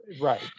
Right